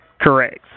Correct